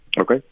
Okay